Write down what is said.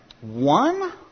One